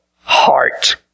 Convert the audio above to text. heart